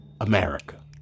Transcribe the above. America